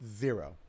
zero